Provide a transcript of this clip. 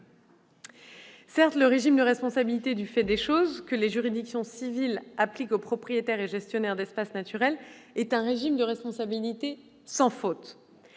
Certes, le régime de « responsabilité du fait des choses » que les juridictions civiles appliquent aux propriétaires et gestionnaires d'espaces naturels est un régime de responsabilité sans faute.